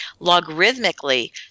logarithmically